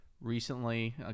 Recently